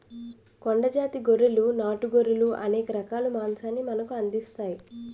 కొండ జాతి గొర్రెలు నాటు గొర్రెలు అనేక రకాలుగా మాంసాన్ని మనకు అందిస్తాయి